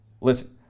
listen